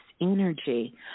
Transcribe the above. energy